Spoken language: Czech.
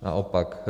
Naopak.